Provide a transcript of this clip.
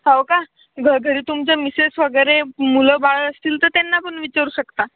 हो का घ घरी तुमच्या मिसेस वगैरे मुलं बाळं असतील तर त्यांना पण विचारू शकता